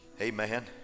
Amen